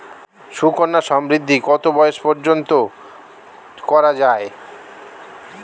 সুকন্যা সমৃদ্ধী কত বয়স পর্যন্ত করা যায়?